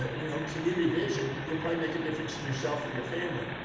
you know, community vision, you'll probably make a difference in yourself or your family.